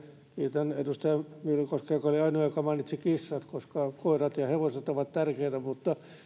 kiitän edustaja myllykoskea joka oli ainoa joka mainitsi kissat koirat ja hevoset ovat tärkeitä mutta